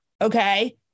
okay